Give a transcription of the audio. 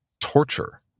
torture